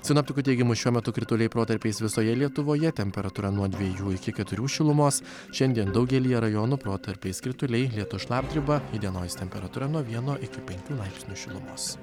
sinoptikų teigimu šiuo metu krituliai protarpiais visoje lietuvoje temperatūra nuo dviejų iki keturių šilumos šiandien daugelyje rajonų protarpiais krituliai lietus šlapdriba įdienojus temperatūra nuo vieno iki penkių laipsnių šilumos